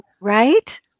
right